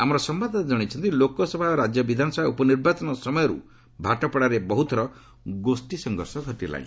ଆମର ସମ୍ଭାଦଦାତା ଜଣାଇଛନ୍ତି ଲୋକସଭା ଓ ରାଜ୍ୟବିଧାନସଭା ଉପନିର୍ବାଚନ ସମୟରୁ ଭାଟପଡ଼ାରେ ବହୁଥର ଗୋଷ୍ଠୀ ସଂଘର୍ଷ ଘଟିଲାଣି